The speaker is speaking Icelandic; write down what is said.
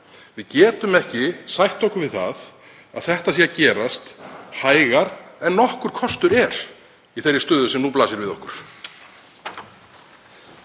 Við getum ekki sætt okkur við það að þetta sé að gerast hægar en nokkur kostur er í þeirri stöðu sem nú blasir við okkur.